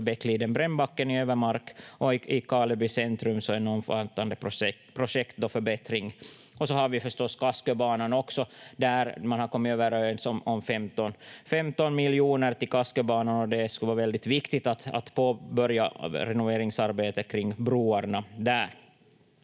Bäckliden—Brännbacken i Övermark och i Karleby centrum ett omfattande projekt för förbättring. Och så har vi förstås också Kasköbanan där man har kommit överens om 15 miljoner till Kasköbanan, och det skulle vara väldigt viktigt att påbörja renoveringsarbetet kring broarna där.